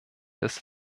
des